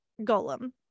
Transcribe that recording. golem